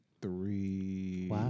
Three